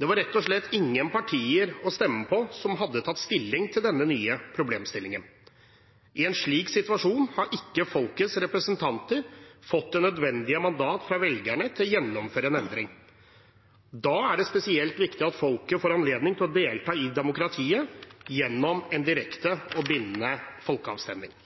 det er rett og slett ingen partier å stemme på som har tatt stilling til denne nye problemstillingen. I en slik situasjon har ikke folkets representanter fått det nødvendige mandat fra velgerne til å gjennomføre en endring. Da er det spesielt viktig at folket får anledning til å delta i demokratiet gjennom en direkte og bindende folkeavstemning.